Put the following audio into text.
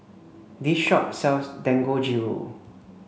this shop sells Dangojiru